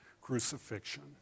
crucifixion